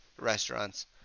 restaurants